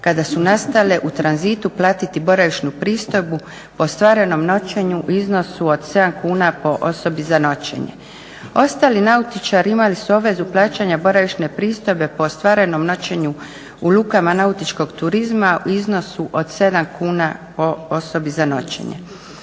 kada su nastojale u tranzitu platiti boravišnu pristojbu po ostvarenom noćenju u iznosu od 7 kuna po osobi za noćenje. Ostali nautičari imali su obvezu plaćanja boravišne pristojbe po ostvarenom noćenju u lukama nautičkog turizma u iznosu od 7 kuna po osobi za noćenje.